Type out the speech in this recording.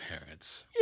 parents